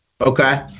Okay